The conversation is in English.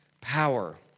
power